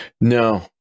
No